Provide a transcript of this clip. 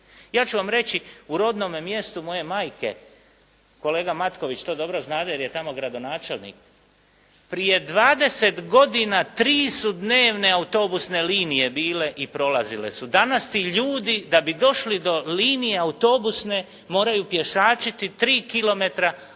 Ja ću vam reći u rodnome mjestu moje majke, kolega Matković to dobro znade jer je tamo gradonačelnik, prije 20 godina tri su dnevne autobusne linije bile i prolazile su. Danas ti ljudi da bi došli do linije autobusne moraju pješačiti 3 kilometra a